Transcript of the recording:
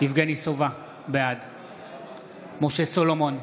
יבגני סובה, בעד משה סולומון,